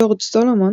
ג'ורג' סולומון,